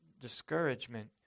discouragement